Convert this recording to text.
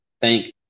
thank